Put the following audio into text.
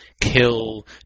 kill